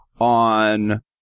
on